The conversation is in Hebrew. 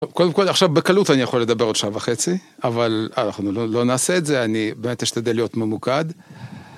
קודם כל, עכשיו בקלות אני יכול לדבר עוד שעה וחצי, אבל אנחנו לא נעשה את זה, אני באמת אשתדל להיות ממוקד.